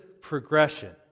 progression